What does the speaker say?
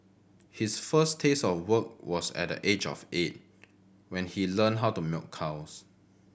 his first taste of work was at the age of eight when he learned how to milk cows